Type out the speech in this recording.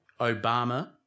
Obama